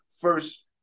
first –